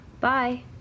bye